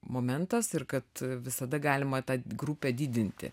momentas ir kad visada galima tą grupę didinti